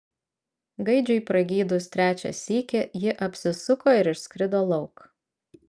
gaidžiui pragydus trečią sykį ji apsisuko ir išskrido lauk